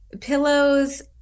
Pillows